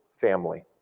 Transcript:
family